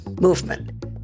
movement